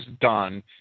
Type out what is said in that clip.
done